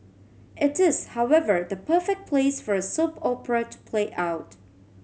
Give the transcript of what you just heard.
it is however the perfect place for a soap opera to play out